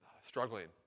struggling